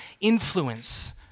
influence